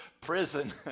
prison